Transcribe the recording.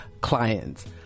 clients